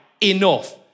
enough